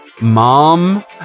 mom